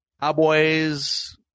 Cowboys